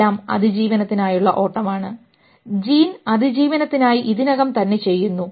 എല്ലാം അതിജീവനത്തിനായുള്ള ഓട്ടമാണ് ജീൻ അതിജീവനത്തിനായി ഇതിനകം തന്നെ ചെയ്യുന്നു